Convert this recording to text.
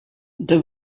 they